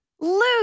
Luke